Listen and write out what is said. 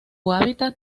hábitat